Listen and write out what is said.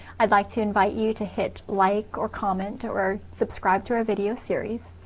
i'd like to invite you to hit like or comment, or or subscribe to our video series.